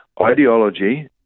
ideology